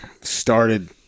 started